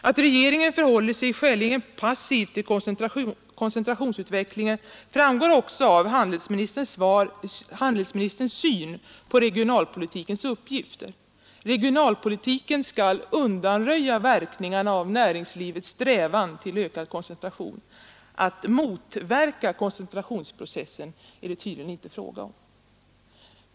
Att regeringen förhåller sig skäligen passiv till koncentrationsutvecklingen framgår också av handelsministerns syn på regionalpolitikens uppgift. Regionalpolitiken skall undanröja verkningarna av näringslivets strävan till ökad koncentration. Att motverka koncentrationsprocessen är det tydligen inte fråga om.